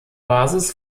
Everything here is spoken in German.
basis